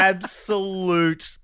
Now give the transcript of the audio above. Absolute